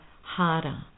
harder